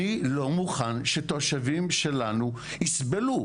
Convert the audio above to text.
אני לא מוכן שתושבים שלנו יסבלו.